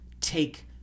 take